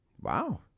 wow